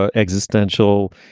ah existential,